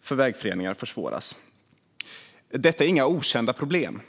för vägföreningar försvåras. Detta är inga okända problem.